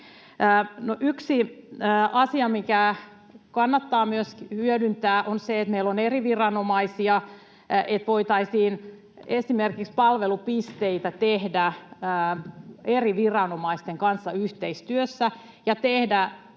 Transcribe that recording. Yksi asia, mikä kannattaa myös hyödyntää, on se, että meillä on eri viranomaisia. Voitaisiin esimerkiksi palvelupisteitä tehdä eri viranomaisten kanssa yhteistyössä ja tehdä